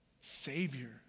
Savior